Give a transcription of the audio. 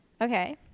Okay